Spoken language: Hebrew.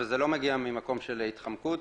וזה לא מגיע ממקום של התחמקות.